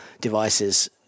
devices